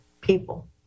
people